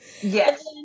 Yes